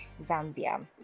Zambia